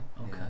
okay